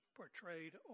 portrayed